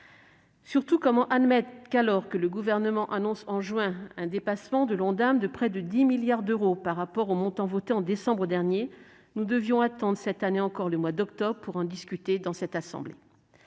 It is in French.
Surtout, comment admettre que, alors que le Gouvernement a annoncé en juin dernier un dépassement de l'Ondam de près de 10 milliards d'euros par rapport au montant voté en décembre, nous devions attendre cette année encore le mois d'octobre pour en discuter dans cette assemblée